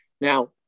Now